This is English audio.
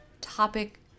topic